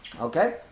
Okay